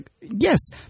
yes